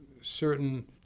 certain